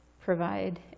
provide